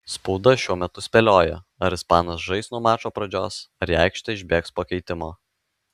spauda šiuo metu spėlioja ar ispanas žais nuo mačo pradžios ar į aikštę išbėgs po keitimo